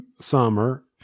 summer